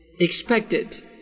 expected